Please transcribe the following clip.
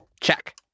Check